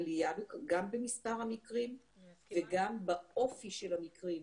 עלייה גם במספר המקרים וגם באופי של המקרים,